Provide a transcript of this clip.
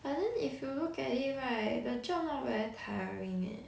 but then if you look at it right the job not very tiring eh